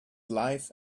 life